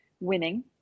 winning